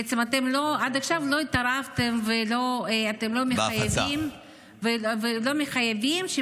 בעצם עד עכשיו לא התערבתם ואתם לא מחייבים --- בהפצה.